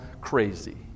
crazy